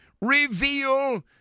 reveal